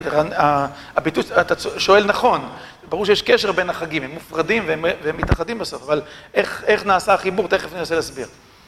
אתה שואל נכון, ברור שיש קשר בין החגים, הם מופרדים והם מתאחדים בסוף, אבל איך נעשה החיבור, תכף אני אנסה להסביר.